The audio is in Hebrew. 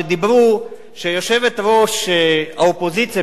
שיושבת-ראש האופוזיציה,